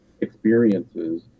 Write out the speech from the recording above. experiences